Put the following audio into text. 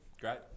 Great